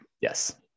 Yes